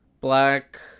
Black